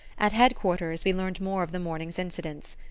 at head-quarters we learned more of the morning's incidents.